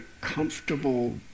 comfortable